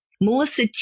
Melissa